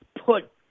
put